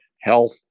health